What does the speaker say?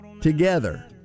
together